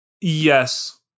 Yes